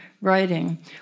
writing